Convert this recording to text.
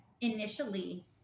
initially